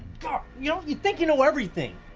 ah you know, you think you know everything.